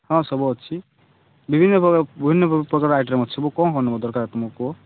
ହଁ ସବୁ ଅଛି ବିଭିନ୍ନ ପ୍ରକାର ବିଭିନ୍ନ ପ୍ରକାର ଆଇଟମ୍ ଅଛି କ'ଣ କ'ଣ ଦରକାର ତୁମକୁ